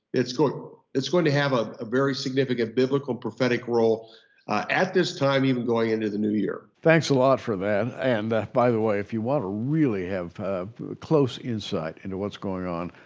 it's going it's going to have ah a very significant biblical prophetic role at this time even going into the new year. thanks a lot for that, and by the way if you want to really have close insight into what's going on